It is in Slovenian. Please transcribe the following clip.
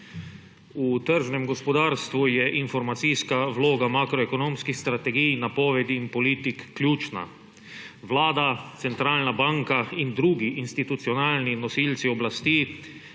V tržnem gospodarstvu je informacijska vloga makroekonomskih strategij, napovedi in politik ključna. Vlada, centralna banka in drugi institucionalni nosilci oblasti